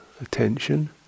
attention